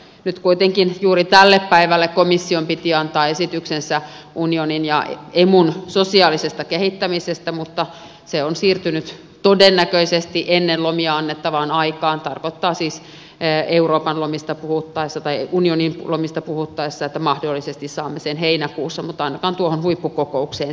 nyt kuitenkin juuri tälle päivälle komission piti antaa esityksensä emun sosiaalisesta kehittämisestä mutta se on siirtynyt todennäköisesti ennen lomia annettavaan aikaan tarkoittaa siis euroopan lomista puhuttaessa tai unionin lomista puhuttaessa että mahdollisesti saamme sen heinäkuussa mutta ainakaan tuohon huippukokoukseen se ei ehdi